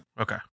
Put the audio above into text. Okay